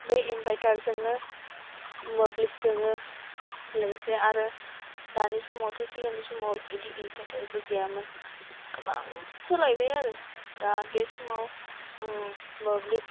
बै इनभार्टारजोंनो मोब्लिब जोङो लोगोसे आरो दानि समाव थ' सिगांनि समावथ' बिदि इनभार्टारबो गैयामोन गोबां सोलायबाय आरो दा बे समाव मोब्लिब